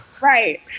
Right